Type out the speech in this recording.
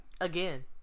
again